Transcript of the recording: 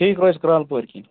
ٹھیٖک روزِ کرٛالہٕ پورِ کِنۍ